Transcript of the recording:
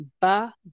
ba